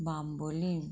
Bambolim